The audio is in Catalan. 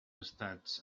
estats